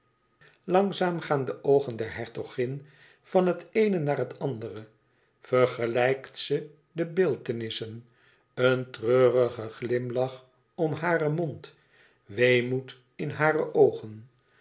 langzaam gaan de oogen der hertogin van het eene naar het andere vergelijkt ze de beeltenissen een treurigen glimlach om haren mond weemoed in hare oogen